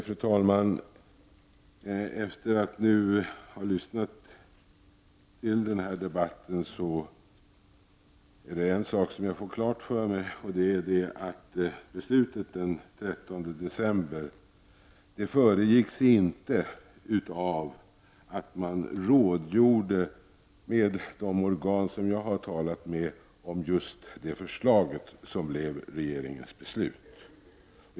Fru talman! Efter att nu ha lyssnat till den här debatten har jag fått en sak klar för mig, och det är att beslutet den 13 december inte föregicks av att man rådgjorde med de organ som jag har talat med om just det förslag som blev regeringens beslut.